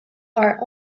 are